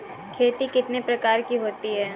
खेती कितने प्रकार की होती है?